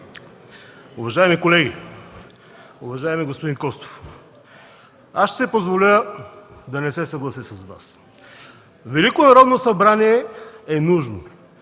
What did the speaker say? Уважаеми колеги, уважаеми господин Костов! Аз ще си позволя да не се съглася с Вас! Велико Народно събрание е нужно.